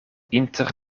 inter